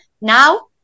now